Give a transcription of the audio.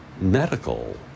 medical